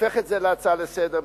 הופך את זה להצעה לסדר-היום,